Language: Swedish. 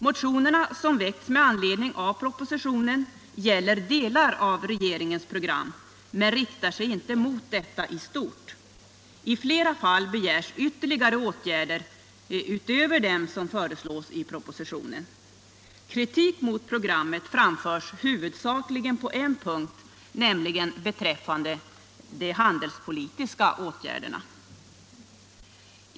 Motionerna som väckts med anledning av propositionen gäller delar av regeringens program men riktar sig inte mot detta i stort. I flera fall begärs ytterligare åtgärder utöver dem som föreslås i propositionen. Kritik mot programmet framförs huvudsakligen på en punkt, nämligen beträffande de handelspolitiska åtgärderna.